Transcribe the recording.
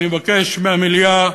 אני מבקש מהמליאה